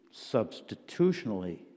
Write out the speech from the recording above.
substitutionally